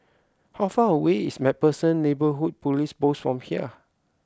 how far away is MacPherson Neighbourhood Police Post from here